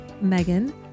Megan